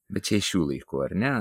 bet čia iš šių laikų ar ne